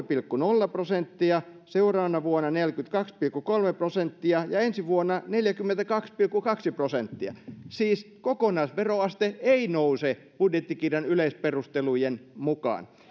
pilkku nolla prosenttia seuraavana vuonna neljäkymmentäkaksi pilkku kolme prosenttia ja ensi vuonna neljäkymmentäkaksi pilkku kaksi prosenttia siis kokonaisveroaste ei nouse budjettikirjan yleisperustelujen mukaan